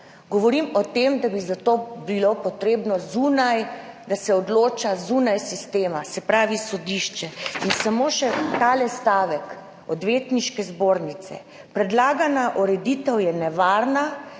Govorim o tem, da bi bilo zato potrebno, da se odloča zunaj sistema, se pravi sodišče. In samo še ta stavek Odvetniške zbornice – predlagana ureditev je nevarna